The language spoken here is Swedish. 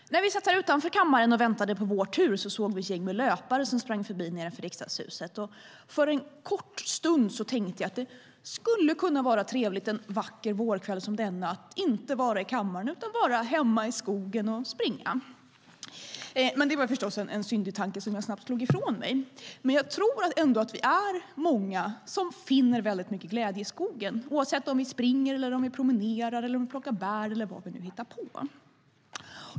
Herr talman! När vi satt utanför kammaren och väntade på vår tur såg vi ett gäng med löpare som sprang förbi nedanför Riksdagshuset. För en kort stund tänkte jag att det skulle kunna vara trevligt att en vacker vårkväll som denna inte vara i kammaren utan vara hemma i skogen och springa. Men det var förstås en syndig tanke som jag snabbt slog ifrån mig. Men jag tror ändå att vi är många som finner mycket glädje i skogen, oavsett om vi springer, promenerar, plockar bär eller gör någonting annat.